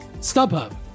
StubHub